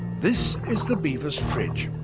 this is the beavers' fridge,